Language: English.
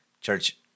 Church